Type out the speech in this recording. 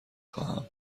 خواهم